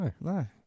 no